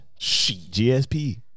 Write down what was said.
GSP